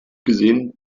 gesehen